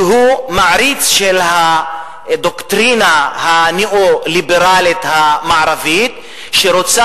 שמעריץ את הדוקטרינה הניאו-ליברלית המערבית שרוצה